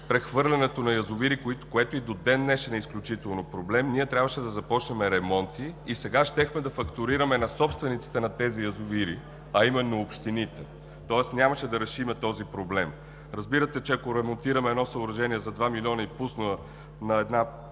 прехвърлянето на язовири, което и до ден днешен е изключителен проблем, ние трябваше да започнем ремонти и сега щяхме да фактурираме на собствениците на тези язовири, а именно общините, тоест нямаше да решим този проблем. Разбирате, че ако ремонтираме едно съоръжение за два милиона и пусна на една